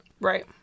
Right